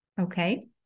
Okay